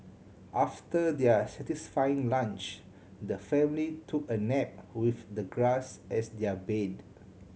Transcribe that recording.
after their satisfying lunch the family took a nap with the grass as their bed